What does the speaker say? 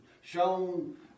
shown